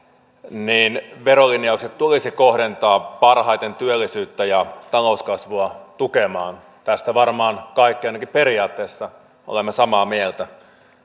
niin verolinjaukset tulisi kohdentaa parhaiten työllisyyttä ja talouskasvua tukemaan tästä varmaan kaikki ainakin periaatteessa olemme samaa mieltä